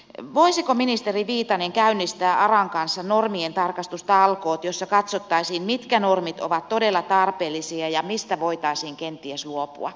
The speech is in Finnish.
voisiko ministeri viitanen käynnistää aran kanssa normientarkastustalkoot joissa katsottaisiin mitkä normit ovat todella tarpeellisia ja mistä voitaisiin kenties luopua